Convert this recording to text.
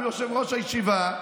הוא יושב-ראש הישיבה.